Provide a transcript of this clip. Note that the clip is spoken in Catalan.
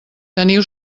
teniu